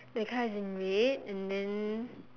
the car is in red and then